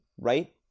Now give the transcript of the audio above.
right